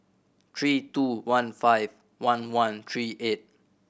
three two one five one one three eight